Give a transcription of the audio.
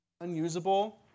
unusable